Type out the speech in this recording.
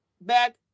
back